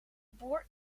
boer